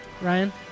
Ryan